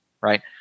Right